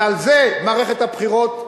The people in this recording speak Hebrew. ועל זה מערכת הבחירות.